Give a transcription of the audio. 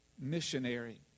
missionary